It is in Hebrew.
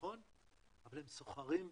אבל הם סוחרים בנפט.